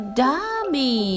dummy